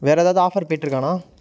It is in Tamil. வேற எதாவுது ஆஃபர் போய்ட்டிருக்காண்ணா